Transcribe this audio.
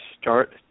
start